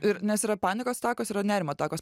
ir nes yra panikos atakos yra nerimo atakos